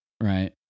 right